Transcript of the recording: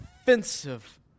offensive